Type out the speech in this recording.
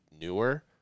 newer